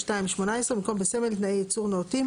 ו-262(18), במקום "בסמל תנאי ייצור נאותים"